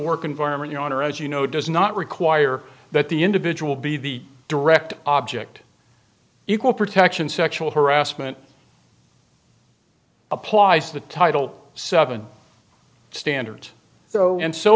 work environment your honor as you know does not require that the individual be the direct object equal protection sexual harassment applies to title seven standards so and so